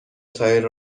تایر